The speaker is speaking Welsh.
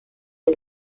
neu